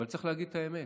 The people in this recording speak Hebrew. אבל צריך להגיד את האמת: